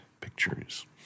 pictures